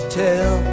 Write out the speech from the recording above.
tell